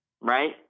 right